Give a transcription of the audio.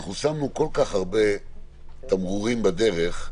אנחנו שמנו כל כך הרבה תמרורים בדרך,